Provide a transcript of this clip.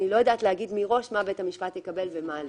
איני יודעת לומר מראש מה בית המשפט יקבל ומה לא.